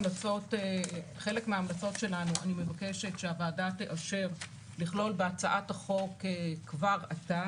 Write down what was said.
חלק מההמלצות שלנו אני מבקשת שהוועדה תאשר לכלול בהצעת החוק כבר עתה.